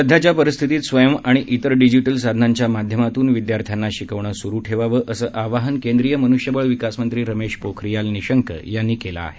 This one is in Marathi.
सध्याच्या परिस्थितीत स्वयं आणि त्विर डिजिटल साधनांच्या माध्यमातून विद्यार्थ्यांना शिकवणं सुरू ठेवावं असं आवाहन केंद्रीय मनुष्य बळ विकास मंत्री रमेश पोखरियाल निशंक यांनी केलं आहे